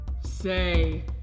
Say